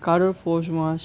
কারোর পৌষ মাস